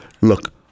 Look